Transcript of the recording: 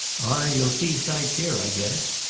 ay you'll see sights here, i guess.